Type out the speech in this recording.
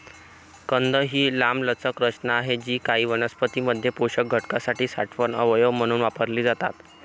कंद ही लांबलचक रचना आहेत जी काही वनस्पतीं मध्ये पोषक घटकांसाठी साठवण अवयव म्हणून वापरली जातात